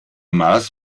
mars